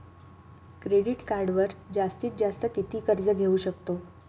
Credit कार्डवर जास्तीत जास्त किती कर्ज घेऊ शकतो?